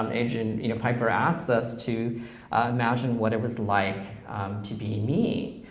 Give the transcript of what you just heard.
um adrian you know piper asks us to imagine what it was like to be me,